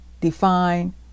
define